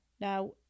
Now